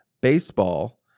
baseball